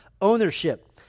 ownership